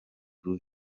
rubi